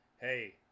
hey